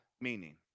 meaning